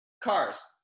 cars